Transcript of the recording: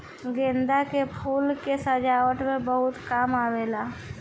गेंदा के फूल के सजावट में बहुत काम आवेला